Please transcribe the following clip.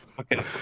Okay